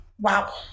Wow